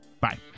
Bye